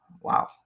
Wow